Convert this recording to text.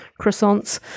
croissants